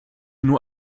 nur